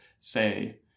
say